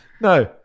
No